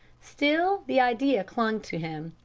still, the idea clung to him.